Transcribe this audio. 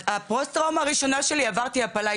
הפוסט טראומה הראשונה שלי, עברתי הפלה.